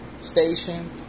station